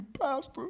pastor